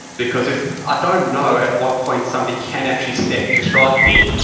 because if i don't know at what point somebody can actually step to strike me,